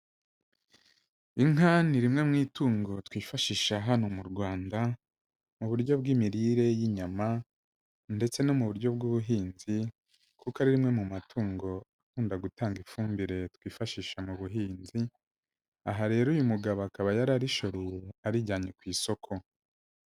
Inka ni rimwe mu itungo twifashisha hano mu Rwanda, mu buryo bw'imirire y'inyama ndetse no mu buryo bw'ubuhinzi, kuko ari rimwe mu matungo akunda gutanga ifumbire twifashisha mu buhinzi. Aha rero uyu mugabo akaba yari arishoreye, arijyanye ku isoko.